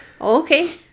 Okay